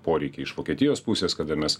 poreikiai iš vokietijos pusės kada mes